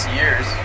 years